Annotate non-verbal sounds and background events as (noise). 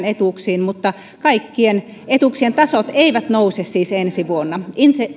(unintelligible) etuuksiin mutta kaikkien etuuksien tasot eivät siis nouse ensi vuonna